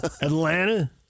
Atlanta